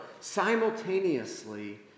simultaneously